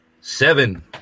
Seven